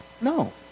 No